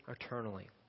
eternally